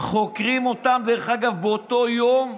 חוקרים אותם, דרך אגב, באותו יום,